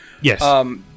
Yes